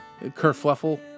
Kerfluffle